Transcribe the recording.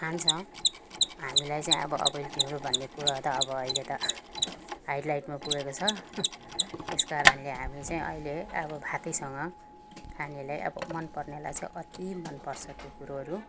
खान्छ हामीलाई चाहिँ अब अब यो ढेँडो भन्ने कुरोहरू त अब अहिले त हाइलाइटमा पुगेको छ त्यस कारणले हामी चाहिँ अहिले अब भातैसँग खानेलाई अब मनपर्नेलाई चाहिँ अति मनपर्छ त्यो कुरोहरू